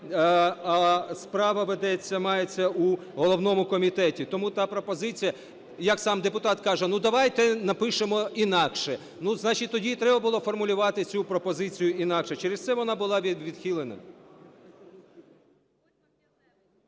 а справа ведеться, мається у головному комітеті, тому та пропозиція, як сам депутат каже, "ну давайте напишемо інакше". Значить, тоді і треба було формулювати цю пропозицію інакше. Через це вона була відхилена.